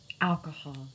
alcohol